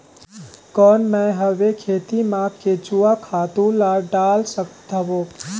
कौन मैं हवे खेती मा केचुआ खातु ला डाल सकत हवो?